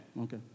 Okay